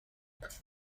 this